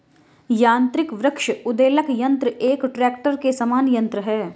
यान्त्रिक वृक्ष उद्वेलक यन्त्र एक ट्रेक्टर के समान यन्त्र है